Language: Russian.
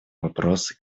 вопросы